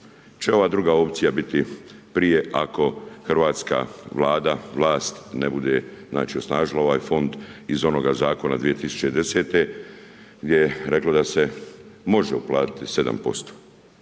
će ova druga opcija biti prije, ako Hrvatska vlada, vlast ne bude osnažila ovaj fond iz onoga zakona 2010. gdje je reklo da se može uplatiti 7%.